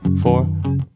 four